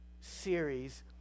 series